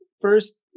first